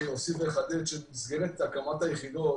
רק אוסיף ואחדד שבמסגרת הקמת היחידות